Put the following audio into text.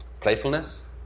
playfulness